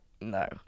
no